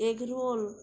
egg roll